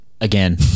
again